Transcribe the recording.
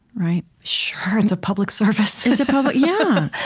right? sure. it's a public service. it's a public yeah